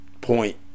point